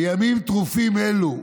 בימים טרופים אלו,